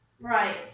Right